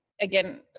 again